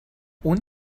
اون